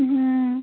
হুম